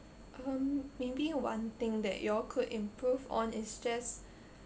um maybe one thing that you all could improve on is just